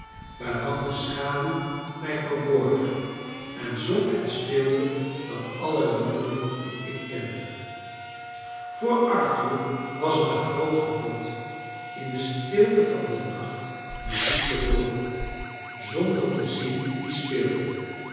waarvan de schaduw mij verborg en zong en speelde dan alle liederen die ik kende voor arthur was het een groot genot in de stilte van den nacht muziek te hooren zonder te zien wie speelde